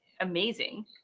amazing